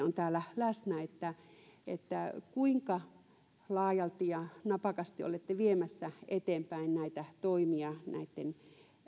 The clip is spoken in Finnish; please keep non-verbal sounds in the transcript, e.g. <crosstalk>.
<unintelligible> on täällä läsnä kuinka laajalti ja napakasti olette viemässä eteenpäin näitä toimia näitten